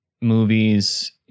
movies